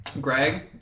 Greg